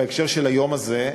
בהקשר של היום הזה,